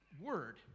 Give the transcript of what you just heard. word